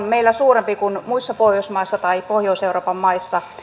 meillä suurempi kuin muissa pohjoismaissa tai pohjois euroopan maissa